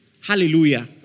Hallelujah